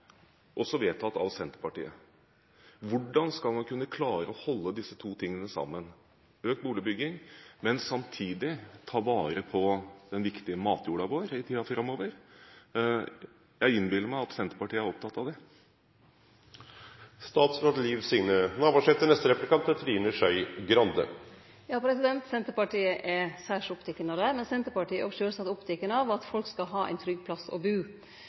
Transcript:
også vedtatt av Senterpartiet. Hvordan skal man kunne klare å se disse to tingene sammen – økt boligbygging, men samtidig ta vare på den viktige matjorda vår i tiden framover? Jeg innbiller meg at Senterpartiet er opptatt av det. Senterpartiet er særs oppteke av det. Men Senterpartiet er sjølvsagt også oppteke av at folk skal ha ein trygg plass å